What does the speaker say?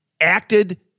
acted